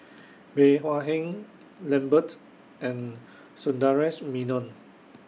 Bey Hua Heng Lambert and Sundaresh Menon